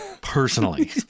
personally